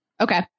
Okay